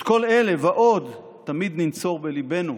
את כל אלה ועוד תמיד ננצור בליבנו